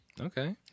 Okay